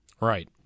Right